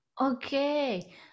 okay